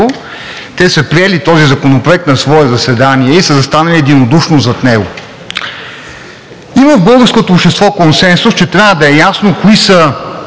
Те са приели този Законопроект на свое заседание и са застанали единодушно зад него. Има в българското общество консенсус, че трябва да е ясно кога